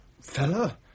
fella